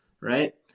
right